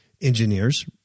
engineers